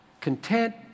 content